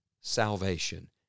salvation